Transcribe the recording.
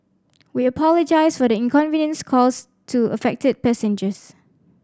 we apologise for the inconvenience caused to affected passengers